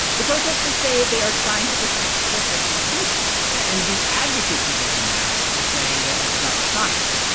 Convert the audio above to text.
the protesters say they are trying to protect their personal freedom yeah, and the advocates of wearing masks are saying that it's about science.